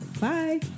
Bye